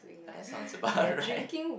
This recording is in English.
that sounds about right